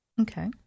Okay